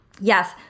Yes